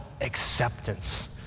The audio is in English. acceptance